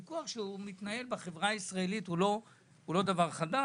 ויכוח שמתנהל בחברה הישראלית והוא לא דבר חדש.